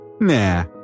Nah